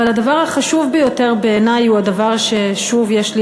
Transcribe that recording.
אבל הדבר החשוב ביותר בעיני הוא הדבר שיש לי